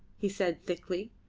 he said thickly.